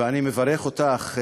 ואני מברך אותך,